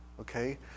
Okay